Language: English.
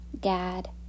Gad